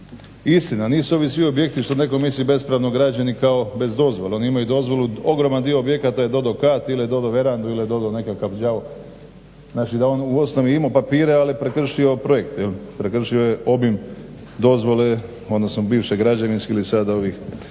Istina, nisu ovi svi objekti što netko misli bespravno građeni kao bez dozvole, oni imaju dozvolu ogroman dio objekata je dodao kat ili je dodao verandu ili je dodao nekakav đavo, znači da je on u osnovi imao papire ali je prekršio projekt, prekršio je obim dozvole odnosno bivše građevinske ili sada ovih